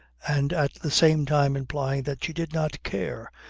and at the same time implying that she did not care,